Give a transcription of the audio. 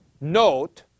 note